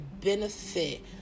benefit